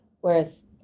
Whereas